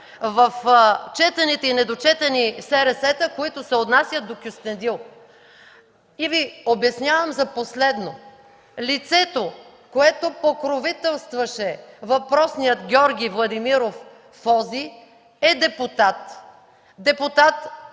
в четените и недочетени СРС-та, които се отнасят до Кюстендил. Обяснявам Ви за последно: Лицето, което покровителстваше въпросният Георги Владимиров – Фози, е депутат. Депутат